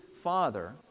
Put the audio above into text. Father